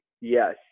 Yes